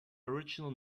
original